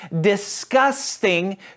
disgusting